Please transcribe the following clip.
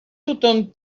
tothom